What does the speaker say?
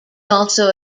also